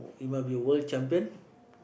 you must be world champion